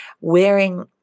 wearing